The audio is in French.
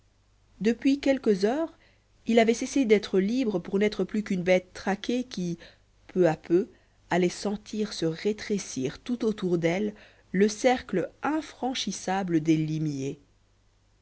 depuis quelques heures il avait cessé d'être libre pour n'être plus qu'une bête traquée qui peu à peu allait sentir se rétrécir tout autour d'elle le cercle infranchissable des limiers